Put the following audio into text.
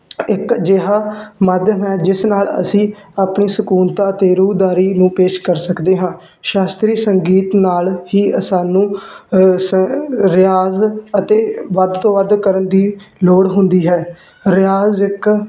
ਇੱਕ ਅਜਿਹਾ ਮਾਧਿਅਮ ਹੈ ਜਿਸ ਨਾਲ ਅਸੀਂ ਆਪਣੀ ਸਕੂਨਤਾ ਤੇ ਰੂਹਦਾਰੀ ਨੂੰ ਪੇਸ਼ ਕਰ ਸਕਦੇ ਹਾਂ ਸ਼ਾਸਤਰੀ ਸੰਗੀਤ ਨਾਲ ਹੀ ਸਾਨੂੰ ਰਿਆਜ਼ ਅਤੇ ਵੱਧ ਤੋਂ ਵੱਧ ਕਰਨ ਦੀ ਲੋੜ ਹੁੰਦੀ ਹੈ ਰਿਆਜ਼ ਇੱਕ